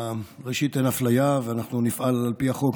ראשית, אין אפליה ואנחנו נפעל על פי החוק.